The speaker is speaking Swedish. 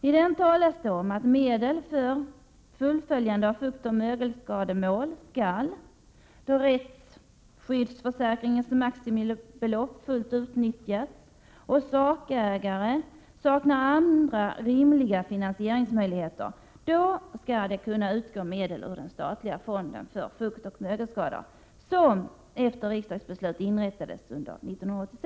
I denna talas det om att medel för fullföljande av fuktoch mögelskademål skall, då rättsskyddsförsäkringens maximibelopp fullt utnyttjats och sakägare saknar andra rimliga finansieringsmöjligheter, kunna utgå ur den statliga fond för fuktoch mögelskador som efter riksdagsbeslut inrättades under år 1986.